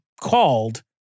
called